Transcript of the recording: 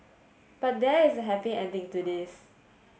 but there is a happy ending to this